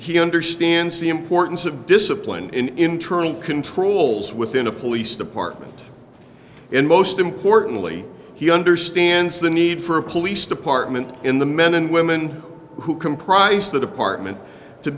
he understands the importance of discipline in internal controls within a police department and most importantly he understands the need for a police department in the men and women who comprise the department to